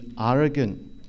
arrogant